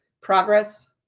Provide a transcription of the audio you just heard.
progress